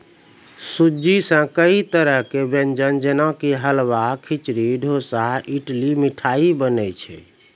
सूजी सॅ कई तरह के व्यंजन जेना कि हलवा, खिचड़ी, डोसा, इडली, मिठाई बनै छै